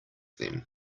then